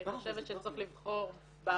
אני חושבת שצריך לבחור באחרון.